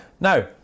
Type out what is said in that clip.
Now